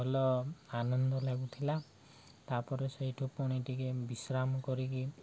ଭଲ ଆନନ୍ଦ ଲାଗୁଥିଲା ତାପରେ ସେଇଠୁ ପୁଣି ଟିକେ ବିଶ୍ରାମ କରିକି